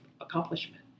accomplishment